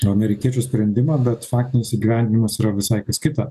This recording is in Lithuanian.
amerikiečių sprendimą bet faktinis įgyvendinimas yra visai kas kita